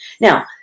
Now